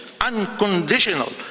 unconditional